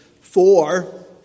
four